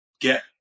get